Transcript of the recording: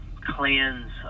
cleanse